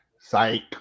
Psych